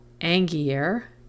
Angier